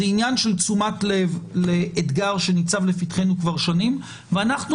זה עניין של תשומת לב לאתגר שניצב לפתחנו כבר שנים ואנחנו